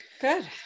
Good